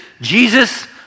Jesus